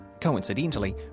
coincidentally